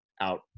out